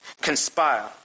conspire